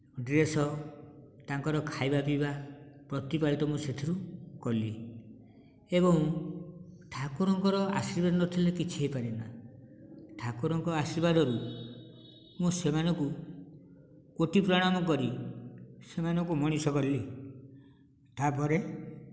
dress ତାଙ୍କର ଖାଇବା ପିଇବା ପ୍ରତିବାହିତ ମୁଁ ସେଥିରୁ କଲି ଏବଂ ଠାକୁରଙ୍କ ଆଶୀର୍ବାଦ ନଥିଲେ କିଛି ହେଇପାରେ ନା ଠାକୁରଙ୍କ ଆଶୀର୍ବାଦରୁ ମୁଁ ସେମାନଙ୍କୁ କୋଟି ପ୍ରଣାମ କରି ସେମାନଙ୍କୁ ମଣିଷ କରିଲି ତାପରେ